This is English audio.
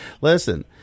Listen